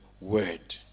word